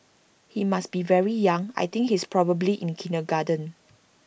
he must be very young I think he's probably in kindergarten